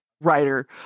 writer